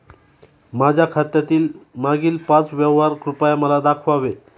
माझ्या खात्यातील मागील पाच व्यवहार कृपया मला दाखवावे